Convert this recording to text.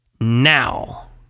Now